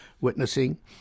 witnessing